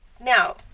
Now